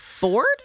bored